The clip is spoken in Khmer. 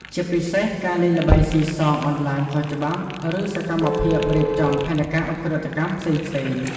ជាពិសេស ការលេងល្បែងស៊ីសងអនឡាញខុសច្បាប់ ឬសកម្មភាពរៀបចំផែនការឧក្រិដ្ឋកម្មផ្សេងៗ។